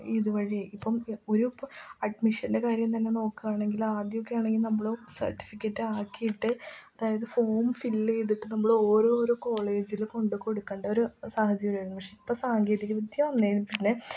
ഇതുവഴി ഇപ്പം ഒരു ഇപ്പം അഡ്മിഷൻ്റെ കാര്യം തന്നെ നോക്കുകയാണെങ്കിൽ ആദ്യമൊക്കെ ആണെങ്കിൽ നമ്മൾ സർട്ടിഫിക്കറ്റ് ആക്കിയിട്ട് അതായത് ഫോം ഫിൽ ചെയ്തിട്ട് നമ്മൾ ഓരോരോ കോളേജിലും കൊണ്ടുകൊടുക്കേണ്ട ഒരു സാഹചര്യമായിരുന്നു പക്ഷെ ഇപ്പം സാങ്കേതികവിദ്യ വന്നതിന് പിന്നെ